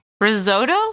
Risotto